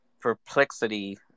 perplexity